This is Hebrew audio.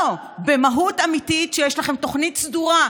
לא, במהות אמיתית, כשיש לכם תוכנית סדורה.